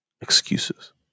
excuses